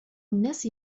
الناس